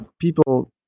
people